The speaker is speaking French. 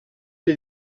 les